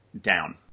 down